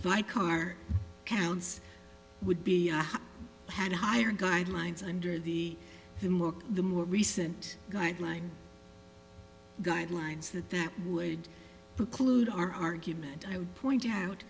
by car counts would be had higher guidelines under the the more the more recent guidelines guidelines that that would preclude our argument i would point out